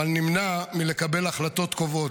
נמנע מלקבל החלטות קובעות,